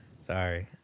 Sorry